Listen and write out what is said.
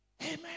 Amen